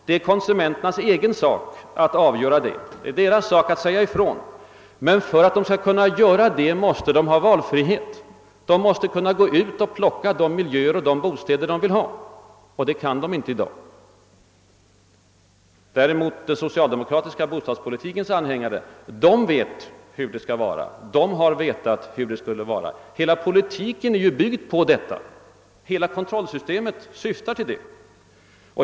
Det är konsumenternas egen sak att avgöra detta; det är deras sak att säga ifrån. Men för att de skall kunna göra det, måste de ha valfrihet. De måste kunna gå ut och »plocka» de miljöer och bostäder de vill ha. De kan inte göra det i dag. Däremot vet den socialdemokratiska =<:bostadspolitikens anhängare hur det skall vara. Hela politiken och hela kontrollsystemet bygger ju på detta.